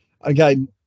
Again